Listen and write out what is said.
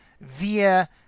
via